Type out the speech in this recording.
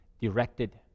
directed